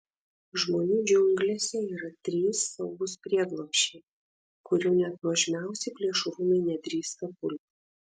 žmonių džiunglėse yra trys saugūs prieglobsčiai kurių net nuožmiausi plėšrūnai nedrįsta pulti